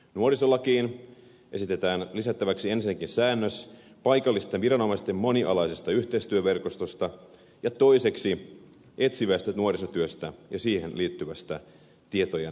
nuorisolakiin esitetään lisättäväksi ensinnäkin säännös paikallisten viranomaisten monialaisesta yhteistyöverkostosta ja toiseksi etsivästä nuorisotyöstä ja siihen liittyvästä tietojen luovuttamisesta